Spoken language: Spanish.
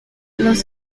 los